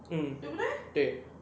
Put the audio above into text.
mm 对